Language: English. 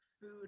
food